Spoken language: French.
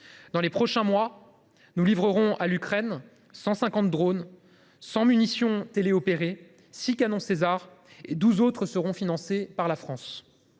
Dans les prochains mois, nous livrerons à l’Ukraine 150 drones, 100 munitions téléopérées et six canons Caesar – sachant que 12 autres seront financés par la France.